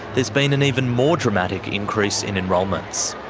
there's been an even more dramatic increase in enrolments.